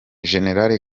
gen